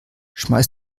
schmeiß